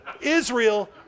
Israel